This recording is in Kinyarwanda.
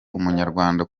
umunyarwanda